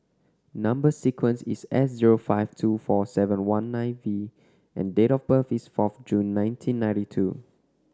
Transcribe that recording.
number sequence is S zero five two four seven one nine V and date of birth is fourth June nineteen ninety two